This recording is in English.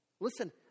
Listen